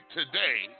today